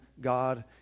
God